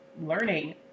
learning